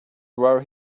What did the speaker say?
where